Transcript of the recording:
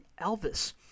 Elvis